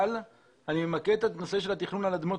אבל אני ממקד את הנושא של התכנון על אדמות